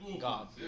God